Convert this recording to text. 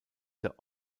der